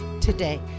today